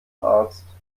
arzt